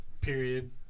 Period